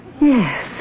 Yes